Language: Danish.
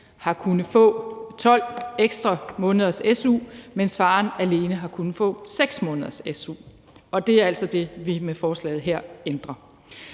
har kunnet få 12 ekstra måneders su, mens faren alene har kunnet få 6 måneders su, og det er altså det, vi med forslaget her ændrer.